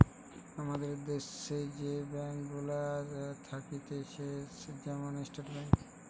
আমাদের দ্যাশে যে ব্যাঙ্ক গুলা থাকতিছে যেমন স্টেট ব্যাঙ্ক